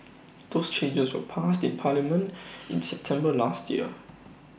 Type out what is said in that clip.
those changes were passed in parliament in September last year